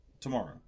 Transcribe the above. tomorrow